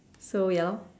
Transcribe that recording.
so ya lor